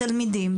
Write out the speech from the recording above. תלמידים,